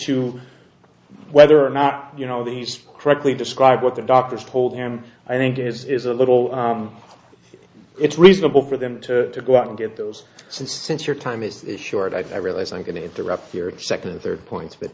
to whether or not you know these correctly describe what the doctors told him i think is a little it's reasonable for them to go out and get those since since your time is short i realize i'm going to interrupt your second and third points but